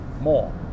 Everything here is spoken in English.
more